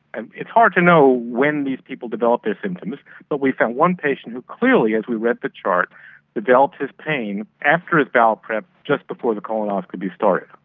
and it's hard to know when these people developed their symptoms but we found one patient who clearly as we read the chart developed his pain after his bowel prep, just before the colonoscopy started.